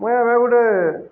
ମୁଇଁଭି ଗୋଟେ